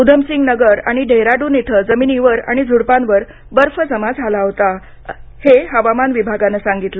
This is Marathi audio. उधमसिंग नगर आणि डेहराडून इथं जमिनीवर आणि झुडुपांवर बर्फ जमा झाला होता असं हवामान विभागानं सांगितलं